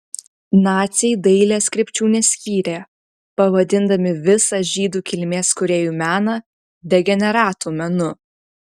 naciai dailės krypčių neskyrė pavadindami visą žydų kilmės kūrėjų meną degeneratų menu